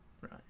Right